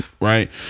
Right